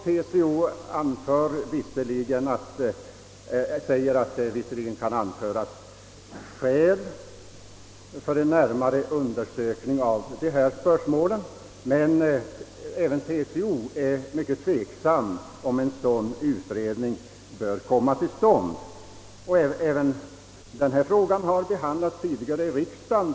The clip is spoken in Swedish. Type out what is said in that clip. TCO säger att det visserligen kan anföras skäl för en närmare undersökning av frågan, men även TCO finner det tveksamt om en sådan utredning bör komma till stånd. även denna fråga har tidigare behandlats i riksdagen.